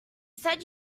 said